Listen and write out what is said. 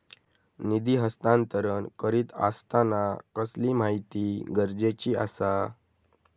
निधी हस्तांतरण करीत आसताना कसली माहिती गरजेची आसा?